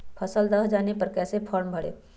फसल दह जाने पर कैसे फॉर्म भरे?